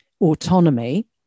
autonomy